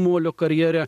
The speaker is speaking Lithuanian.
molio karjere